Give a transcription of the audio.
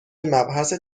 مبحث